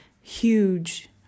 huge